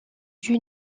dieu